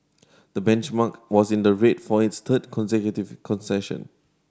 the benchmark was in the red for its third consecutive concession